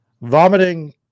vomiting